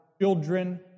children